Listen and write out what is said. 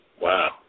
Wow